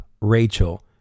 Rachel